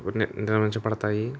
ని నిర్వహించబడతాయి